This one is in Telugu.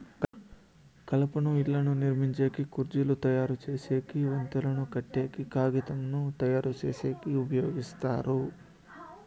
కలపను ఇళ్ళను నిర్మించేకి, కుర్చీలు తయరు చేసేకి, వంతెనలు కట్టేకి, కాగితంను తయారుచేసేకి ఉపయోగిస్తారు